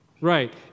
Right